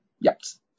yes